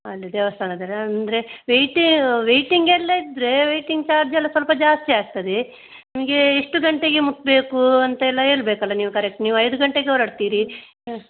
ಅಲ್ಲಿ ದೇವಸ್ಥಾನದಲ್ಲಿ ಅಂದರೆ ವೆಯ್ಟಿಂಗ್ ವೆಯ್ಟಿಂಗ್ ಎಲ್ಲ ಇದ್ದರೆ ವೆಯ್ಟಿಂಗ್ ಚಾರ್ಜ್ ಎಲ್ಲ ಸ್ವಲ್ಪ ಜಾಸ್ತಿ ಆಗ್ತದೆ ನಿಮಗೆ ಎಷ್ಟು ಗಂಟೆಗೆ ಮುಟ್ಟಬೇಕು ಅಂತ ಎಲ್ಲ ಹೇಳ್ಬೇಕಲ್ಲ ನೀವು ಕರೆಕ್ಟ್ ನೀವು ಐದು ಗಂಟೆಗೆ ಹೊರಡ್ತೀರಿ ಹಾಂ